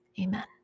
Amen